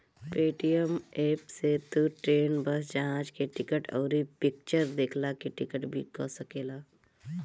Paytm app से तू train, bus, जहाज के टिकट, अउरी फिक्चर देखला के टिकट भी कअ सकेला